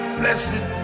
blessed